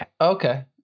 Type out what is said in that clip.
okay